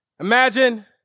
Imagine